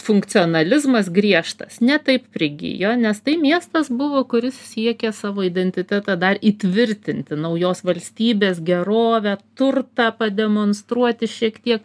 funkcionalizmas griežtas ne taip prigijo nes tai miestas buvo kuris siekė savo identitetą dar įtvirtinti naujos valstybės gerovę turtą pademonstruoti šiek tiek